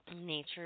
Nature